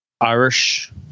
Irish